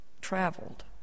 traveled